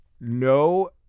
no